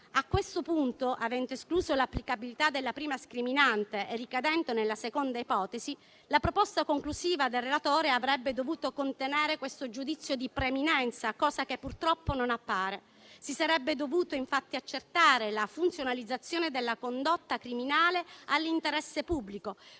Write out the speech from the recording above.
A questo punto, avendo escluso l'applicabilità della prima scriminante e ricadendo nella seconda ipotesi, la proposta conclusiva del relatore avrebbe dovuto contenere questo giudizio di preminenza; cosa che purtroppo non appare. Si sarebbe dovuta infatti accertare la funzionalizzazione della condotta criminale all'interesse pubblico